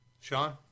Sean